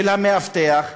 של המאבטח,